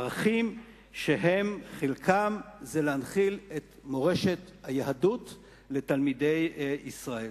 ערכים שחלקם הוא להנחיל את מורשת היהדות לתלמידי ישראל.